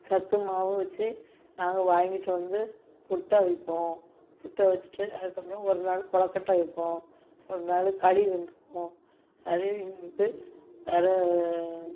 சத்து மாவு வச்சு நாங்கள் வாங்கிட்டு வந்து புட்டு அவிப்போம் புட்டு அவிச்சுட்டு அதுக்கப்புறம் ஒரு நாள் கொழக்கட்ட அவிப்போம் ஒரு நாள் களி கிண்டுவோம் அது எங்களுக்கு வேறு